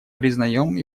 признаем